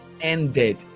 ended